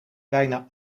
bijna